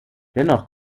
dennoch